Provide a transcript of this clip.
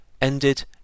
ended